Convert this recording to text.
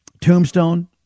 Tombstone